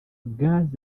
gas